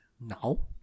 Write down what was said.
now